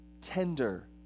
tender